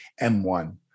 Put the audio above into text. M1